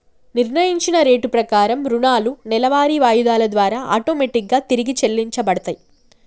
నిర్ణయించిన రేటు ప్రకారం రుణాలు నెలవారీ వాయిదాల ద్వారా ఆటోమేటిక్ గా తిరిగి చెల్లించబడతయ్